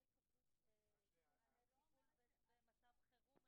גורם אחראי יכין רשימה של מסגרות וסוגי שירותים משלימים למסגרות אלה,